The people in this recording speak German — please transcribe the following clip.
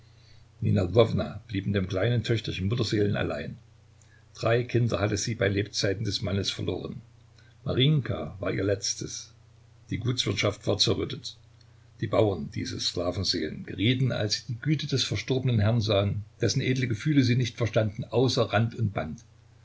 mit dem kleinen töchterchen mutterseelenallein drei kinder hatte sie bei lebzeiten des mannes verloren marinjka war ihr letztes die gutswirtschaft war zerrüttet die bauern diese sklavenseelen gerieten als sie die güte des verstorbenen herrn sahen dessen edle gefühle sie nicht verstanden außer rand und band